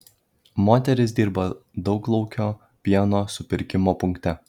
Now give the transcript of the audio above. moteris dirba dauglaukio pieno supirkimo punkte